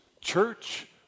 church